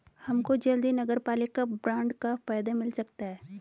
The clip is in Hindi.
हमको जल्द ही नगरपालिका बॉन्ड का फायदा मिल सकता है